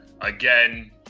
again